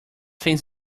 things